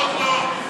עוד לא.